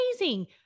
amazing